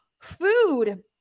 food